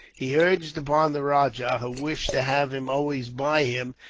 he urged upon the rajah, who wished to have him always by him,